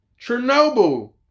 Chernobyl